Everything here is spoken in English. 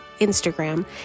Instagram